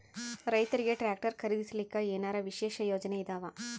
ರೈತರಿಗೆ ಟ್ರಾಕ್ಟರ್ ಖರೀದಿಸಲಿಕ್ಕ ಏನರ ವಿಶೇಷ ಯೋಜನೆ ಇದಾವ?